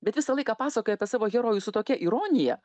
bet visą laiką pasakoja apie savo herojus su tokia ironija